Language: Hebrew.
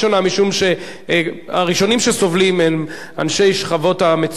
משום שהראשונים שסובלים הם אנשי שכבות המצוקה,